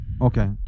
Okay